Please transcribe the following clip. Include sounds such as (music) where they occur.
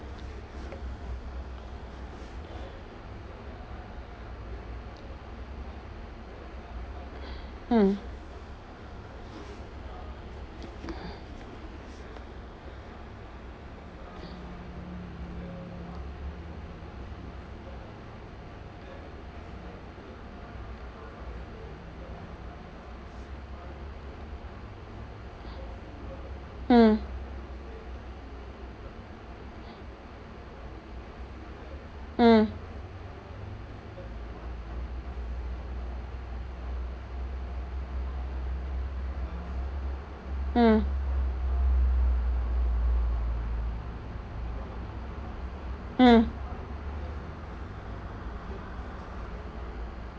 (breath) mm mm mm mm mm